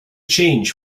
change